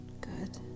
good